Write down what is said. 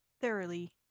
thoroughly